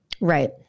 Right